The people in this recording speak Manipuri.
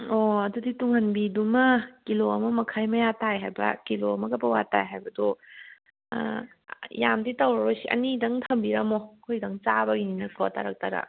ꯑꯣ ꯑꯗꯨꯗꯤ ꯇꯨꯡꯍꯟꯕꯤꯗꯨꯃ ꯀꯤꯂꯣ ꯑꯃ ꯃꯈꯥꯏ ꯃꯌꯥ ꯇꯥꯏ ꯍꯥꯏꯕ ꯑꯃ ꯀꯤꯂꯣ ꯑꯃꯒ ꯄꯧꯋꯥ ꯇꯥꯏ ꯍꯥꯏꯕꯗꯣ ꯌꯥꯝꯗꯤ ꯇꯧꯔꯔꯣꯏꯁꯤ ꯑꯅꯤꯗꯪ ꯊꯝꯕꯤꯔꯝꯃꯣ ꯑꯩꯈꯣꯏ ꯑꯗꯨꯝ ꯆꯥꯕꯒꯤꯅꯤꯅ ꯇꯔꯛ ꯇꯔꯛ